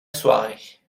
soirée